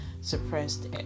Suppressed